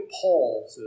Paul